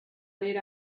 late